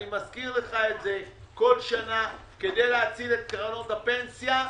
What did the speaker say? אני מזכיר לך את זה כל שנה כדי להציל את קרנות הפנסיה.